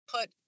put